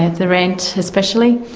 the rent especially,